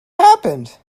happened